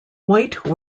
white